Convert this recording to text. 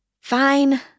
Fine